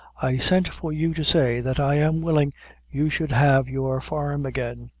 i sent for you to say that i am willing you should have your farm again.